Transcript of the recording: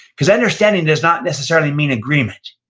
cause understanding does not necessarily mean agreement.